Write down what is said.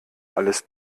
alles